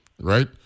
right